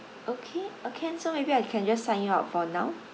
okay can so maybe I can just sign you up for now